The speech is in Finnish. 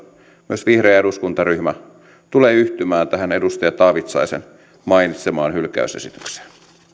myös vihreä eduskuntaryhmä tulee yhtymään edustaja taavitsaisen mainitsemaan hylkäysesitykseen